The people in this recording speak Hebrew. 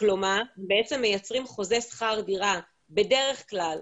כלומר בעצם מייצרים חוזה שכר דירה בדרך כלל